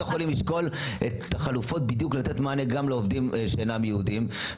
החולים ישקול את החלופות למתן מענה גם לעובדים שאינם יהודים.